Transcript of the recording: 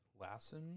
Lassen